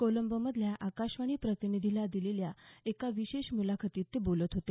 कोलंबो मधल्या आकाशवाणी प्रतिनिधीला दिलेल्या एका विशेष मुलाखतीत ते बोलत होते